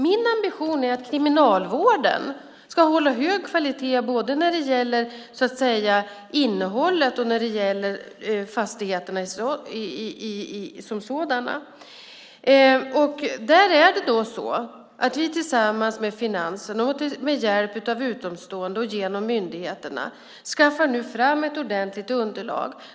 Min ambition är att kriminalvården ska hålla hög kvalitet både när det gäller innehållet och när det gäller fastigheterna som sådana. Tillsammans med Finansen, med hjälp av utomstående och genom myndigheterna skaffar vi nu fram ett ordentligt underlag.